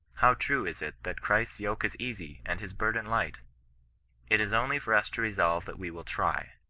how true is it, that christ's yoke is easy, and his burden light it is only for us to resolve that we will try.